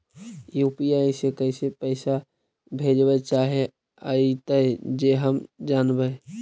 UPI से कैसे पैसा भेजबय चाहें अइतय जे हम जानबय?